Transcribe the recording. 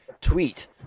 tweet